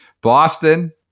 boston